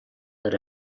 per